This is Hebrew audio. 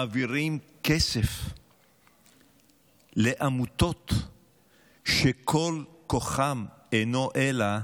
מעבירים כסף לעמותות שכל כוחן אינו אלא